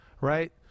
right